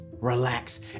relax